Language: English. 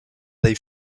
they